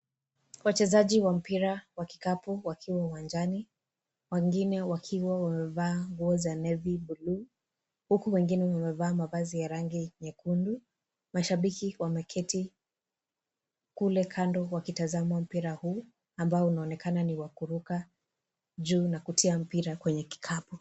Wachezaji wa mpira wa kikapu wakiwa uwanjani wengine wakiwa wamevaa nguo za Nevi bluu , huku wengine wamevaa mavazi ya rangi nyekundu, mashabiki wameketi kule kando wakitazama mpira huu amabo unaonekana ni wa kuruka juu na kutia mpira kwenye kikapu.